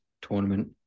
tournament